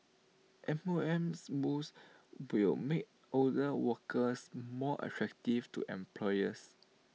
M O M's moves will make older workers more attractive to employers